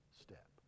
step